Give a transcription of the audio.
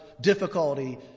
difficulty